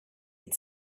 had